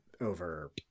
over